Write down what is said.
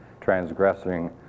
transgressing